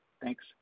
Thanks